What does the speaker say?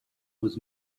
was